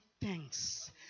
thanks